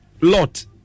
lot